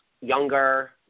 younger